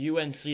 UNC